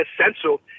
essential